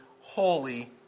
holy